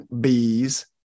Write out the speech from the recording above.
bees